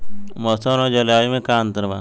मौसम और जलवायु में का अंतर बा?